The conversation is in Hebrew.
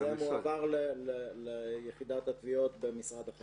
זה מועבר ליחידת התביעות במשרד החקלאות.